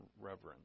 reverence